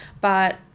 but-